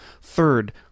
Third